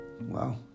Wow